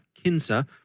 Kinsa